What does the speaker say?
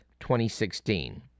2016